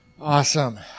Awesome